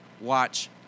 Watch